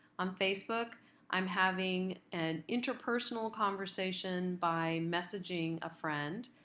on facebook i'm having an interpersonal conversation by messaging a friend,